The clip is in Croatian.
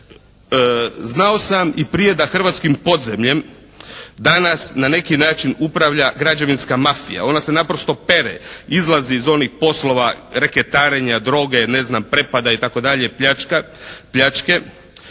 Znao sam i prije da hrvatskim podzemljem danas na neki način upravlja građevinska mafija. Ona se naprosto pere, izlazi iz onih poslova reketarenja, droge, ne znam prepada i tako dalje pljačka,